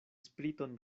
spriton